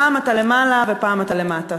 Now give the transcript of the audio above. פעם אתה למעלה ופעם אתה למטה.